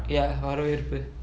ya வரவேற்பு:varaverpu